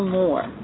more